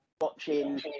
watching